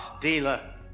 dealer